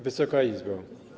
Wysoka Izbo!